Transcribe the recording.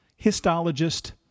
histologist